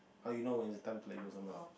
how you know is the time to let go of someone